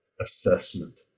assessment